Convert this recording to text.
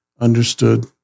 understood